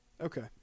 okay